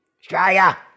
Australia